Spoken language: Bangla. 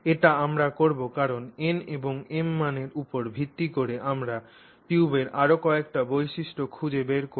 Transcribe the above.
এটি আমরা করব n এবং m মানের উপর ভিত্তি করে আমরা টিউবের আরও কয়েকটি বৈশিষ্ট্য খুঁজে বের করব